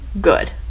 good